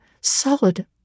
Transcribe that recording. solid